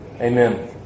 Amen